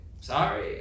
sorry